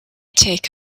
take